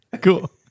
cool